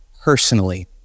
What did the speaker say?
personally